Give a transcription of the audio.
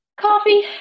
Coffee